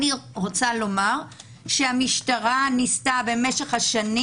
אני רוצה לומר שהמשטרה ניסתה במהלך השנים